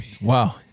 Wow